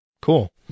cool